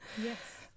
Yes